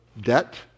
debt